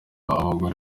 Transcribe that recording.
abagore